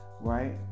right